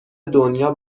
دنیا